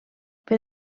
per